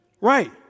Right